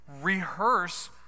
rehearse